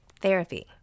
Therapy